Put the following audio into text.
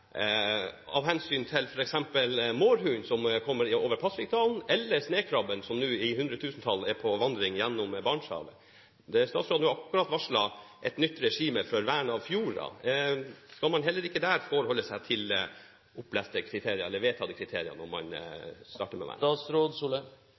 av og hensyn til f.eks. mårhund, som kommer over Pasvikdalen, eller snøkrabben, som nå i hundretusentall er på vandring gjennom Barentshavet, der statsråden jo akkurat har varslet et nytt regime for vern av fjorder? Kan man heller ikke der forholde seg til vedtatte kriterier når man